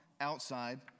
outside